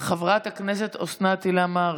חברת הכנסת אוסנת הילה מארק,